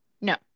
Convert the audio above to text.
No